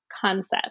concept